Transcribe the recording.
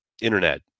internet